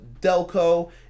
Delco